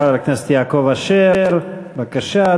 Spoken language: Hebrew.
חבר הכנסת יעקב אשר, בבקשה,